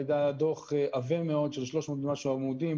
היה דוח עבה מאוד של 300 ומשהו עמודים,